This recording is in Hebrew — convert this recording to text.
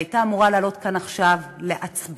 שהייתה אמורה לעלות כאן עכשיו להצבעה,